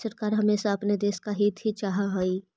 सरकार हमेशा अपने देश का हित ही चाहा हई